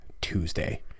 Tuesday